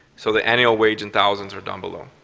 so the annual wage and thousands are down below.